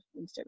Instagram